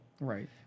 Right